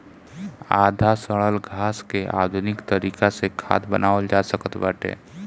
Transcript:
आधा सड़ल घास के आधुनिक तरीका से खाद बनावल जा सकत बाटे